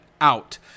out